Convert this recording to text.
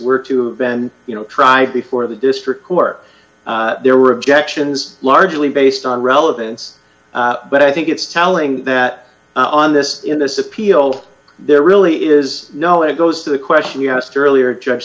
were to been you know tried before the district court there were objections largely based on relevance but i think it's telling that on this in this appeal there really is no it goes to the question you asked earlier j